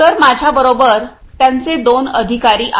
तर माझ्याबरोबर त्यांचे दोन अधिकारी आहेत